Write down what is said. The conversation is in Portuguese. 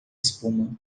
espuma